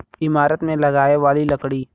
ईमारत मे लगाए वाली लकड़ी